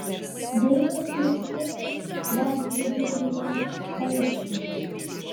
dailios lyg fėjos dar pridūrė tas paikšis